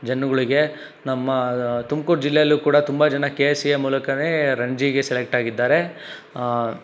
ಜನುಗಳಿಗೆ ನಮ್ಮ ತುಮಕೂರು ಜಿಲ್ಲೆಯಲ್ಲೂ ಕೂಡ ತುಂಬ ಜನ ಕೆ ಸಿ ಎ ಮೂಲಕವೇ ರಣಜಿ ಸೆಲೆಕ್ಟ್ ಆಗಿದ್ದಾರೆ